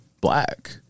black